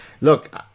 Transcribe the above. look